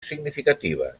significatives